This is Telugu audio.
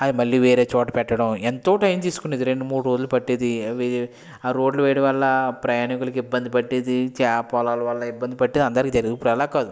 అది మళ్ళీ వేరే చోట పెట్టడం ఎంతో టైం తీసుకునేది రెండు మూడు రోజలు పట్టేది అవి ఆ రోడ్లు వేయడం వళ్ళ ప్రయాణీకులకు ఇబ్బంది పట్టేది చేప పొలాల వల్ల ఇబ్బంది పట్టేది ఇప్పుడు ఆలా కాదు